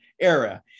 era